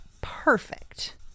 perfect